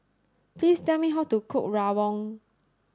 please tell me how to cook Rawon